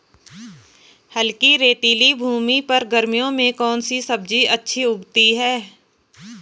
हल्की रेतीली भूमि पर गर्मियों में कौन सी सब्जी अच्छी उगती है?